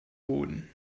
boden